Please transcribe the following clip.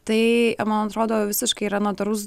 tai man atrodo visiškai yra notarus